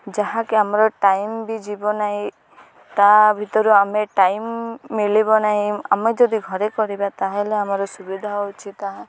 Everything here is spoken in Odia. ଯାହାକି ଆମର ଟାଇମ୍ ବି ଯିବ ନାହିଁ ତା ଭିତରୁ ଆମେ ଟାଇମ୍ ମିଳିବ ନାହିଁ ଆମେ ଯଦି ଘରେ କରିବା ତାହେଲେ ଆମର ସୁବିଧା ହେଉଛି ତାହା